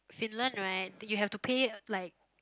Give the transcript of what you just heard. Finland right you have to pay like